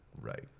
right